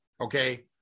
okay